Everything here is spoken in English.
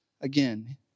again